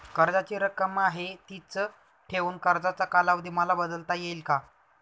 कर्जाची रक्कम आहे तिच ठेवून कर्जाचा कालावधी मला बदलता येईल का?